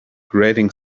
grating